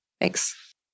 Thanks